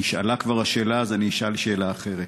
נשאלה כבר השאלה, אז אני אשאל שאלה אחרת.